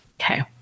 Okay